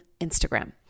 Instagram